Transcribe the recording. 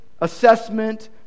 assessment